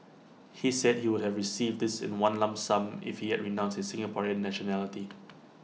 he said he would have received this in one lump sum if he had renounced his Singaporean nationality